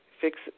fix